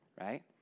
right